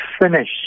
finish